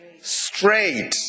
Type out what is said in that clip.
straight